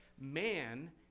man